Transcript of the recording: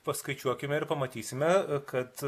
paskaičiuokime ir pamatysime kad